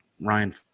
Ryan